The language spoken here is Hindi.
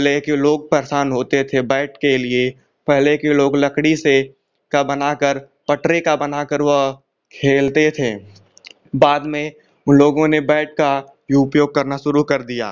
ले कर लोग परेशान होते थे बैट के लिए पहले के लोग लकड़ी से का बना कर पटरे का बना कर वह खेलते थे बाद में उन लोगों ने बैट का ये उपयोग करना शुरू कर दिया